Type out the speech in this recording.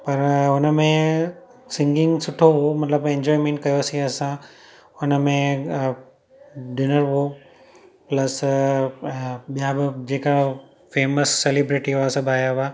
पर हुनमें सिंगिंग सुठो हुयो मतिलबु एंजॉयमेंट कयोसीं असां उनमें अ डिनर हुयो प्लस अ ॿिया बि जेका फेमस सेलिब्रिटी हुआ उहो सभु आया हुया